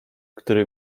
który